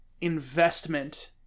investment